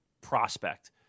prospect